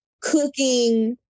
cooking